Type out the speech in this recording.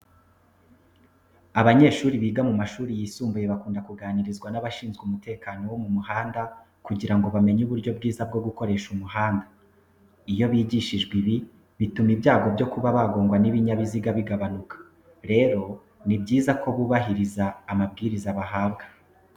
Aabanyeshuri biga mu mashuri yisumbuye bakunda kuganirizwa n'abashinzwe umutekano wo mu muhanda kugira ngo bamenye uburyo bwiza bwo gukoresha umuhanda. Iyo bigishijwe ibi, bituma ibyago byo kuba bagongwa n'ibinyabiziga bigabanuka. Rero ni byiza ko bubahiriza amabwiriza bahabwa.